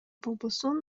болбосун